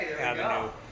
avenue